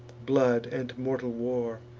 blood, and mortal war.